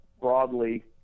broadly